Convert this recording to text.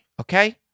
okay